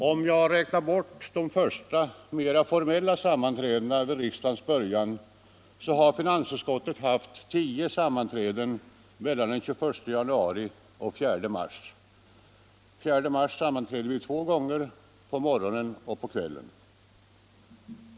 Om jag räknar bort de första, mera formella, sammanträdena vid riksdagens början, så har finansutskottet haft tio sammanträden mellan den 21 januari och den 4 mars. Den 4 mars sammanträdde vi två gånger —- på morgonen och på kvällen.